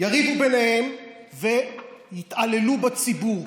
יריבו ביניהם ויתעללו בציבור,